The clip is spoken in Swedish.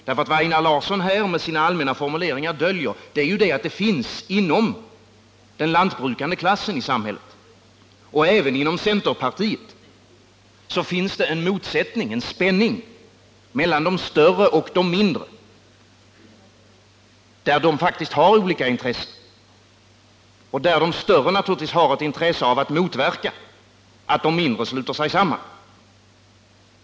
Vad Einar Larsson med sina allmänna formuleringar här döljer är att det inom den lantbrukande klassen i samhället och även inom centerpartiet finns en motsättning, en spänning mellan de större och de mindre. De har faktiskt olika intressen, och de större har naturligtvis ett intresse av att motverka att de mindre sluter sig samman.